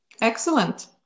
Excellent